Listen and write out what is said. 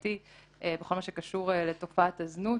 וחברתי בכל מה שקשור לתופעת הזנות